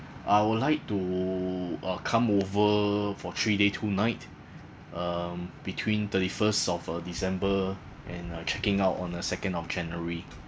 I would like to uh come over for three day two night um between thirty first of uh december and uh checking out on uh second of january